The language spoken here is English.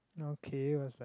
okay what's that